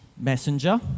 messenger